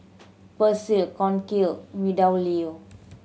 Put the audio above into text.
Persil Cornell MeadowLea